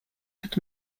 could